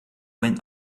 went